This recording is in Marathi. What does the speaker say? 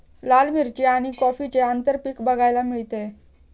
लाल मिरची आणि कॉफीचे आंतरपीक बघायला मिळते